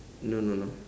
no no no